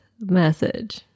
message